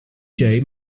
jay